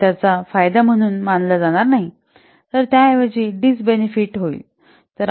तर त्याचा फायदा म्हणून मानला जाणार नाही तर त्याऐवजी डीस बेनिफिट होईल